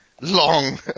long